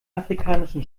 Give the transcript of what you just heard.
afrikanischen